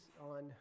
on